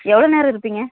எவ்வளோ நேரம் இருப்பீங்க